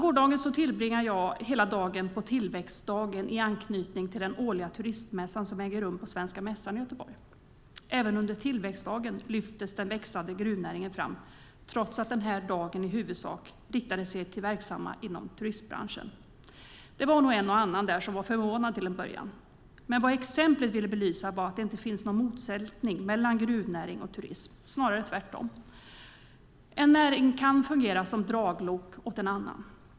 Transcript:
Jag tillbringade hela gårdagen på tillväxtdagen i anknytning till den årliga turistmässan som äger rum på Svenska Mässan i Göteborg. Även under tillväxtdagen lyftes den växande gruvnäringen fram trots att denna dag i huvudsak riktade sig till verksamma inom turistbranschen. Det var nog en och annan där som var förvånad till en början. Vad exemplet ville belysa var att det inte finns någon motsättning mellan gruvnäring och turism, snarare tvärtom. En näring kan fungera som draglok åt den andra.